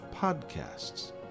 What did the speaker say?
podcasts